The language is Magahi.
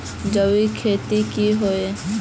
जैविक खेती की होय?